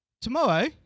Tomorrow